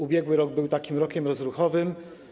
Ubiegły rok był takim rokiem rozruchowym.